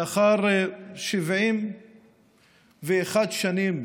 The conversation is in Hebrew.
לאחר 71 שנים